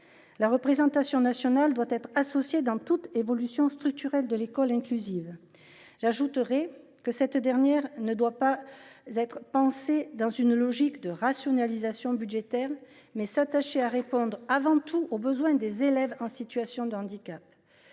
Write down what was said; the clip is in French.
La représentation nationale doit être associée à toute évolution structurelle de l’école inclusive. J’ajoute que celle ci ne doit pas être pensée dans une logique de rationalisation budgétaire, mais qu’il faut s’attacher à répondre avant tout aux besoins des élèves en situation de handicap.